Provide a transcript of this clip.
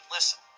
Listen